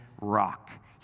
rock